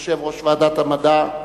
יושב-ראש ועדת המדע,